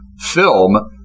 film